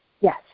Yes